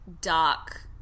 dark